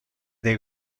dei